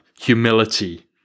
humility